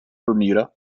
bermuda